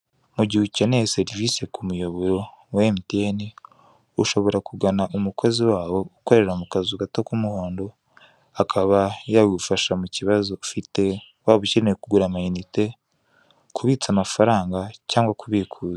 Mugihe ukeneye serivise kumuyoboro wa emutiyene, ushobora kugana umukozi waho ukorera mukazi gato kumuhondo akaba yagufasha mukibazo ufite ukeneye kugura amayinite, kubitsa amafaranga cyangwa kubikura.